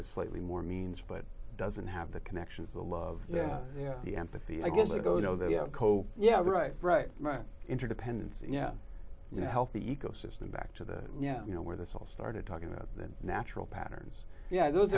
is slightly more means but doesn't have the connections the love yeah yeah the empathy i guess they go no they have cope yeah right right right interdependence yeah you know healthy ecosystem back to the yeah you know where this all started talking about that natural patterns yeah those